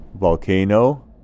volcano